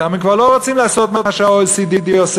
שם הם כבר לא רוצים לעשות מה שה-OECD עושה,